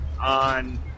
on